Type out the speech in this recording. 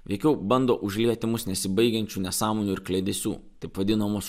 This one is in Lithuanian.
veikiau bando užlieti mūsų nesibaigiančių nesąmonių ir kliedesių taip vadinamos